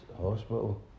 Hospital